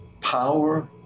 power